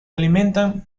alimentan